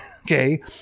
Okay